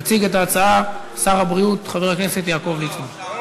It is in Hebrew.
יציג את ההצעה שר הבריאות חבר הכנסת יעקב ליצמן.